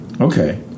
Okay